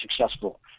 successful